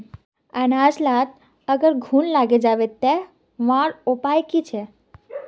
अनाज लात अगर घुन लागे जाबे ते वहार की उपाय छे?